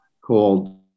called